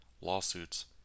lawsuits